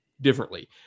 differently